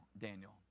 Daniel